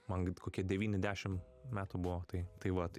man kokie devyni dešimt metų buvo tai tai vat